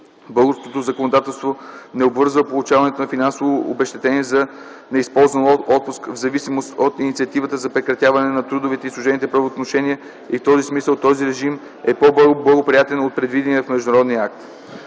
Българското законодателство не обвързва получаването на финансово обезщетение за неизползван отпуск в зависимост от инициативата за прекратяване на трудовите и служебните правоотношения и в този смисъл този режим е по-благоприятен от предвидения в международния акт.